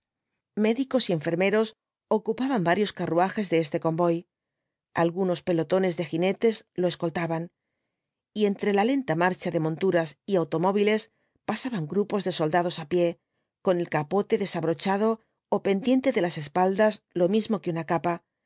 médicos y enfermeros ocupaban varios carruajes de este convoy algunos pelotones de jinetes lo escoltaban y entre la lenta marcha de monturas y automóviles pasaban grupos de soldados á pie con el capote desabrochado ó pendiente de las espaldas lo mismo que una capa